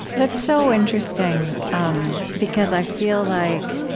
that's so interesting um because i feel like